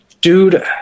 dude